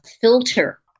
filter